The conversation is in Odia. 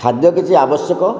ଖାଦ୍ୟ କିଛି ଆବଶ୍ୟକ